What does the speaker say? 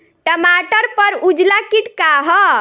टमाटर पर उजला किट का है?